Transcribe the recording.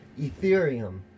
Ethereum